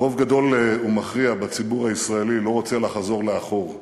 רוב גדול ומכריע בציבור הישראלי לא רוצה לחזור לאחור,